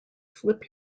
flip